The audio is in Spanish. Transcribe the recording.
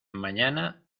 mañana